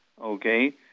Okay